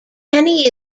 kenny